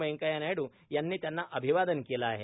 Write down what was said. व्यंकय्या नायड् यांनी त्यांना अभिवादन केलं आहे